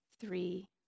three